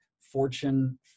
Fortune